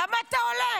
למה אתה הולך?